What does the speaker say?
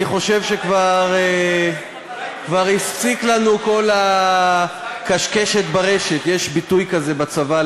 אני חושב שכבר הספיק לנו כל ה"קשקשת ברשת" יש ביטוי כזה בצבא,